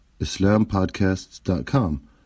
islampodcasts.com